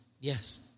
Yes